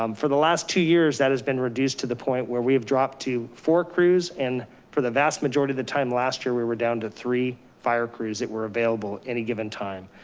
um for the last two years that has been reduced to the point where we have dropped to four crews. and for the vast majority of the time last year, we were down to three fire crews that were available any given time.